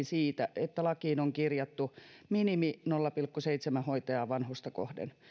siitä että lakiin on kirjattu minimi nolla pilkku seitsemän hoitajaa vanhusta kohden